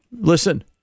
Listen